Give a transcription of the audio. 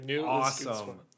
awesome